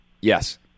Yes